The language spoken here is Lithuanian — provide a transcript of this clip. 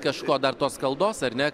kažko dar tos skaldos ar ne